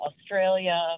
Australia